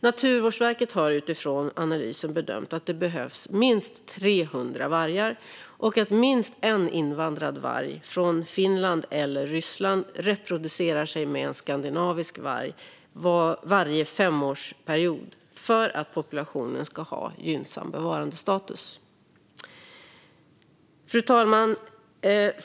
Naturvårdsverket har utifrån analysen bedömt att det behövs minst 300 vargar och att minst en invandrad varg från Finland eller Ryssland reproducerar sig med en skandinavisk varg varje femårsperiod för att populationen ska ha gynnsam bevarandestatus. Fru talman!